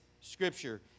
scripture